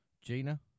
Gina